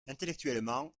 intellectuellement